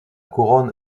couronne